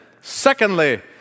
Secondly